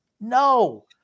No